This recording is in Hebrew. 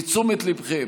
לתשומת ליבכם,